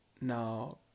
Now